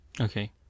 okay